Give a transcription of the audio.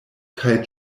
kaj